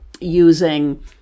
using